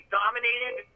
dominated